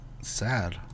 sad